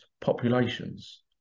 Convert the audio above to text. populations